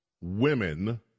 women